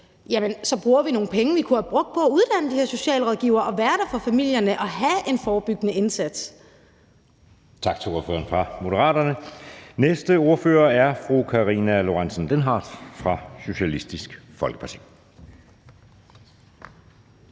bruger vi nogle penge, som vi kunne have brugt på at uddanne de her socialrådgivere og være der for familierne og lave en forebyggende indsats. Kl. 16:10 Anden næstformand (Jeppe Søe): Tak til ordføreren for Moderaterne. Næste ordfører er fru Karina Lorentzen Dehnhardt fra Socialistisk Folkeparti.